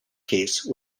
case